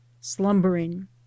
slumbering